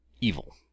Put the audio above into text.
evil